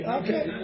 okay